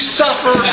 suffer